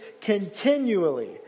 continually